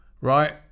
right